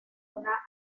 una